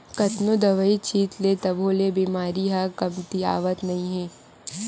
कतनो दवई छित ले तभो ले बेमारी ह कमतियावत नइ हे